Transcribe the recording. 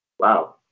Wow